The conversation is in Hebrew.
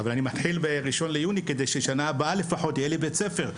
אבל אני מתחיל ב-1 ביוני כדי שלפחות בשנה הבאה יהיה לי בית ספר.